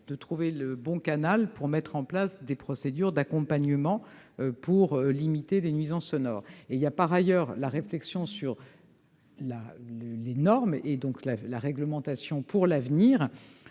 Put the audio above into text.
de trouver le bon canal pour mettre en place des procédures d'accompagnement afin de limiter les nuisances sonores. Par ailleurs, une réflexion sur les normes et la réglementation pour l'avenir